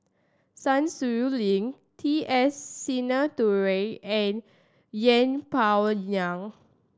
Sun Xueling T S Sinnathuray and Yeng Pway Ngon